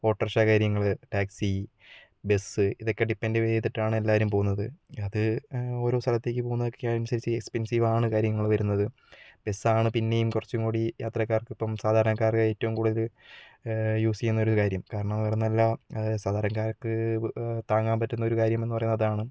autorickshaw കാര്യങ്ങൾ taxi bus ഇതൊക്കെ depend ചെയ്തിട്ടാണ് എല്ലാവരും പോകുന്നത് അത് ഓരോ സ്ഥലത്തേക്ക് പോകുന്നതൊക്കെ അനുസരിച്ചു എക്സ്പെൻസീവാണ് കാര്യങ്ങൾ വരുന്നത് ബസ് ആണ് പിന്നെയും കുറച്ചുംകൂടി യാത്രക്കാർക്ക് ഇപ്പം സാധാരണക്കാർ ഏറ്റവും കൂടുതൽ യൂസ് ചെയ്യുന്നൊരു കാര്യം കാരണം വേറൊന്നുമല്ല അത് സാധാരണക്കാർക്ക് താങ്ങാൻ പറ്റുന്ന ഒരു കാര്യം എന്നുപറയുന്നത് അതാണ്